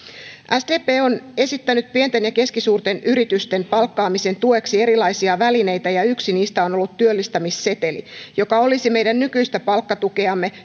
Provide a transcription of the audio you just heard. sdp on esittänyt pienten ja keskisuurten yritysten palkkaamisen tueksi erilaisia välineitä ja yksi niistä on ollut työllistämisseteli joka olisi meidän nykyistä palkkatukeamme